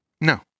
No